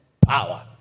power